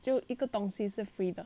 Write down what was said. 就一个东西是 free 的